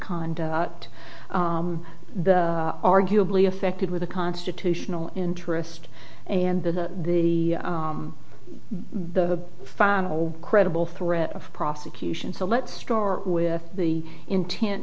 conduct arguably affected with the constitutional interest and the the the final credible threat of prosecution so let's start with the intent